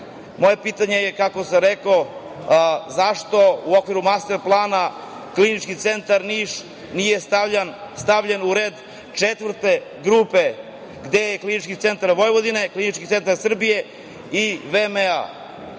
pitanje je, kako sam rekao, zašto u okviru Master plana Klinički centar Niš nije stavljen u red četvrte grupe, gde je Klinički centar Vojvodine, Klinički centar Srbije i VMA?